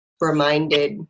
reminded